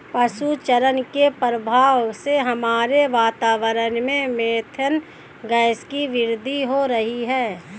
पशु चारण के प्रभाव से हमारे वातावरण में मेथेन गैस की वृद्धि हो रही है